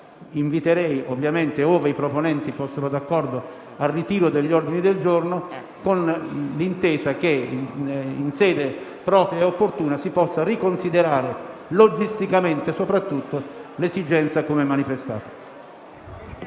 Inviterei, ove i proponenti fossero d'accordo, al ritiro degli ordini del giorno, con l'intesa che in sede propria e opportuna si possa riconsiderare logisticamente l'esigenza manifestata.